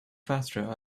faster